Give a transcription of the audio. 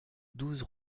douze